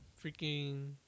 freaking